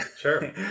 sure